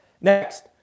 Next